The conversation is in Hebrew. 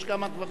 יש כמה דברים.